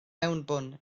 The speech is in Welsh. mewnbwn